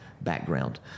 background